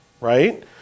right